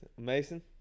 Mason